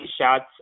shots